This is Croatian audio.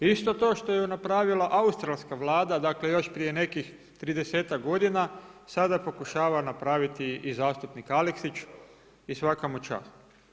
Isto to što je napravila australska Vlada, dakle još prije nekih tridesetak godina sada pokušava napraviti i zastupnik Aleksić i svaka mu čast.